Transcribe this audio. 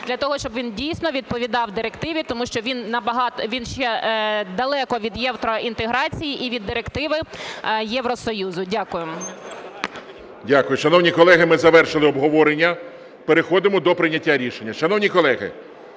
для того, щоб він, дійсно, відповідав директиві, тому що він набагато… він ще далеко від євроінтеграції і від директиви Євросоюзу. Дякую. ГОЛОВУЮЧИЙ. Дякую. Шановні колеги, ми завершили обговорення. Переходимо до прийняття рішення.